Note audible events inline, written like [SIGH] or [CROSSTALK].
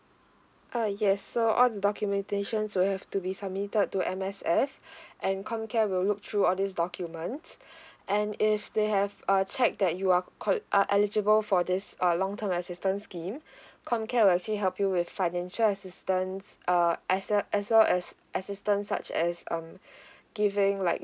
uh yes so all the documentations will have to be submitted to M_S_F [BREATH] and comcare will look through all these documents [BREATH] and if they have uh check that you are qua~ uh eligible for this uh long term assistance scheme [BREATH] comcare will actually help you with financial assistance err as ce~ as well as assistant such as um [BREATH] giving like